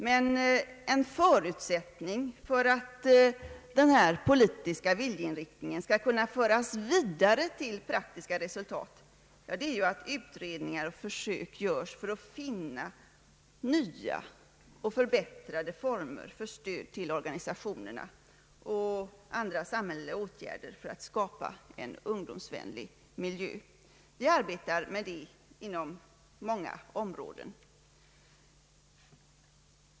Men en förutsättning för att denna politiska viljeinriktning skall kunna föras vidare till praktiska resultat är att utredningar och försök göres för att finna nya och förbättrade former för stöd till organisationerna och för andra samhälleliga åtgärder i syfte att skapa en ungdomsvänlig miljö. Vi arbetar med detta inom många områden.